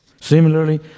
Similarly